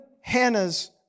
Hannah's